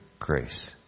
grace